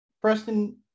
preston